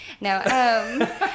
No